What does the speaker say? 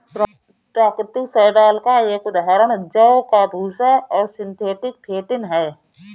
प्राकृतिक शैवाल का एक उदाहरण जौ का भूसा है और सिंथेटिक फेंटिन है